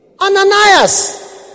Ananias